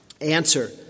Answer